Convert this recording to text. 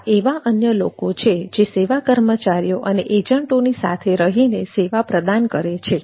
આ એવા અન્ય લોકો છે જે સેવા કર્મચારીઓ અને એજન્ટોની સાથે રહીને સેવા પ્રદાન કરે છે